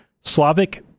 Slavic